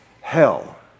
hell